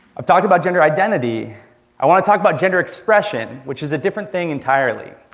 i've talked about gender identity i want to talk about gender expression, which is a different thing entirely.